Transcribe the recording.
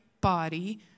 body